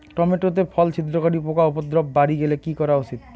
Tomato তে ফল ছিদ্রকারী পোকা উপদ্রব বাড়ি গেলে কি করা উচিৎ?